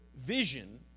vision